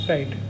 Right